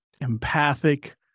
empathic